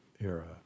era